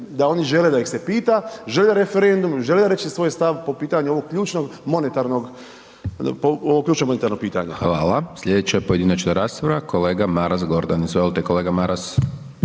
da oni žele da ih se pita, žele referendum, žele reći svoj stav po pitanju ovog ključnog monetarnog, po ovo ključno monetarno pitanje. **Hajdaš Dončić, Siniša (SDP)** Hvala. Slijedeća pojedinačna rasprava kolega Maras Gordan. Izvolite kolega Maras.